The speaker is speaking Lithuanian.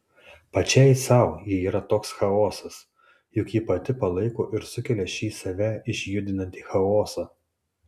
pačiai sau ji yra toks chaosas juk ji pati palaiko ir sukelia šį save išjudinantį chaosą